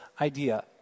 idea